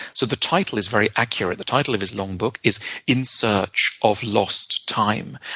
so the title is very accurate. the title of his long book is in search of lost time.